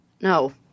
No